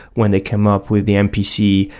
when they come up with the mpc,